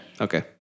Okay